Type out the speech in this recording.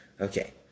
Okay